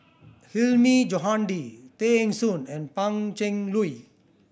Hilmi Johandi Tay Eng Soon and Pan Cheng Lui